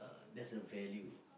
that's a value